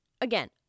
again